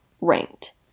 ranked